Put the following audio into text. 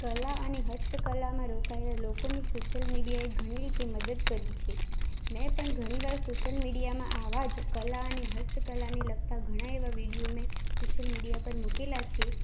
કલા અને હસ્તકલામાં રોકાયેલા લોકોની સોશ્યલ મીડિયાએ ઘણી રીતે મદદ કરી છે મેં પણ ઘણીવાર સોશ્યલ મીડિયામાં આવા જ કલા અને હસ્તકલાને લગતા ઘણાં એવા વિડીયો મેં સોશ્યલ મીડિયા પર મૂકેલા છે